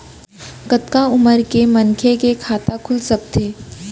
कतका उमर के मनखे के खाता खुल सकथे?